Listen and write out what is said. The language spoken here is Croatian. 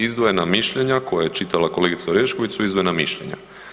Izdvojena mišljenja koje je čitala kolegica Orešković su izdvojena mišljenja.